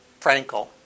Frankel